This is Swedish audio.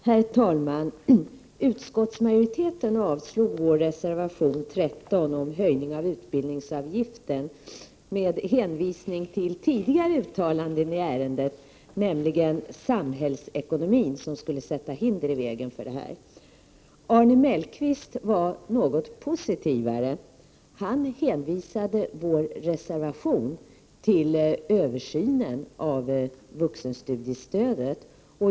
Herr talman! Utskottsmajoriteten avstyrker vårt förslag i reservation 13 om utbildningsavgiften under hänvisning till tidigare uttalanden i ärendet, nämligen att samhällsekonomin skulle utgöra hinder för detta. Arne Mellqvist var nog positivare; han hänvisade vår reservation till översynen av vuxenstudiestödet.